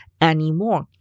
anymore